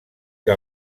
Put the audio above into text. que